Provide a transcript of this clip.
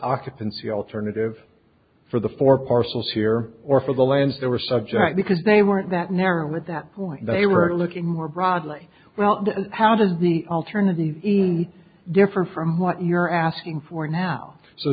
occupancy alternative for the four parcels here or for the lands that were subject because they weren't that narrow at that point they were looking more broadly well how did the alternative differ from what you're asking for now so